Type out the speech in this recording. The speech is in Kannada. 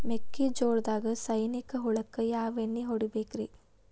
ಮೆಕ್ಕಿಜೋಳದಾಗ ಸೈನಿಕ ಹುಳಕ್ಕ ಯಾವ ಎಣ್ಣಿ ಹೊಡಿಬೇಕ್ರೇ?